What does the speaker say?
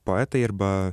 poetai arba